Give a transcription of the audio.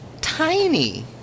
tiny